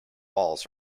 walls